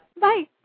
bye